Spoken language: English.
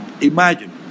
Imagine